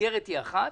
שהמסגרת היא אחת,